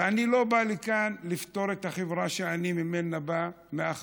ואני לא בא לכאן לפטור את החברה שאני בא ממנה מאחריות,